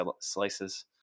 slices